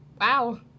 wow